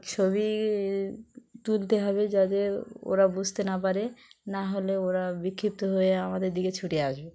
ছবি তুলতে হবে যাতে ওরা বুঝতে না পারে নাহলে ওরা বিক্ষিপ্ত হয়ে আমাদের দিকে ছুটে আসবে